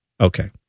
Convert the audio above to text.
Okay